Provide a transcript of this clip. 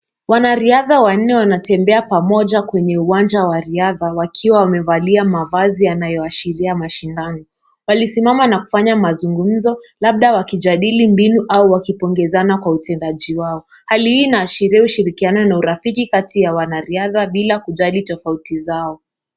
Wanariadha wanne wanatembea pamoja kwenye uwanja wa riadha wakiwa wamevalia mavazi yanayoashiria mashindano. Wanasimama na kufanya mazungumzo labda wakijadili mbinu au wakipongezana kwa utendaji wao. Hali hii inaashiria ushirikiano na urafiki kati ya wanariadha bila kujali tofauti zao.